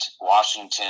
Washington